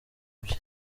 bye